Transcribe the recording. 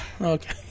Okay